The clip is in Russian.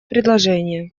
предложение